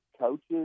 coaches